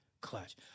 clutch